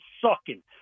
sucking